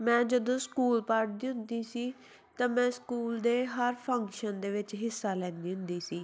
ਮੈਂ ਜਦੋਂ ਸਕੂਲ ਪੜ੍ਹਦੀ ਹੁੰਦੀ ਸੀ ਤਾਂ ਮੈਂ ਸਕੂਲ ਦੇ ਹਰ ਫੰਕਸ਼ਨ ਦੇ ਵਿੱਚ ਹਿੱਸਾ ਲੈਂਦੀ ਹੁੰਦੀ ਸੀ